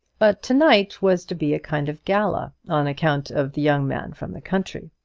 but to-night was to be a kind of gala, on account of the young man from the country.